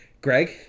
Greg